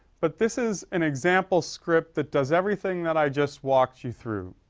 but this is an example script that does everything that i just walked you through.